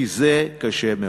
כי זה קשה מאוד.